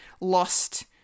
lost